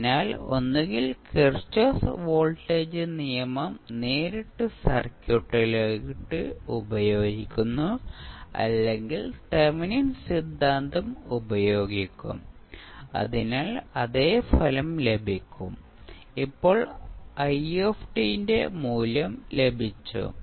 അതിനാൽ ഒന്നുകിൽ Kirchhoff voltage നിയമം നേരിട്ട് സർക്യൂട്ടിലേക്ക് ഉപയോഗിക്കുന്നു അല്ലെങ്കിൽ തെവെനിൻ സിദ്ധാന്തം ഉപയോഗിക്കും അതിനാൽ അതേ ഫലം ലഭിക്കും ഇപ്പോൾ i ന്റെ മൂല്യം ലഭിച്ചു